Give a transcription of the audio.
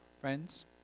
friends